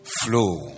flow